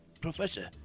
Professor